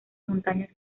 montañas